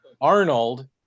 arnold